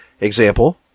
Example